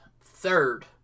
third